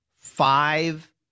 five